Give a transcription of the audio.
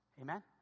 Amen